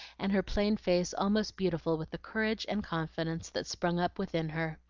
and her plain face almost beautiful with the courage and confidence that sprung up within her.